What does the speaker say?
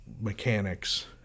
mechanics